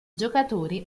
giocatori